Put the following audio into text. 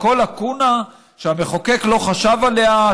לכל לקונה שהמחוקק לא חשב עליה,